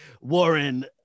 Warren